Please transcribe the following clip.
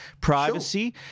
privacy –